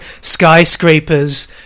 skyscrapers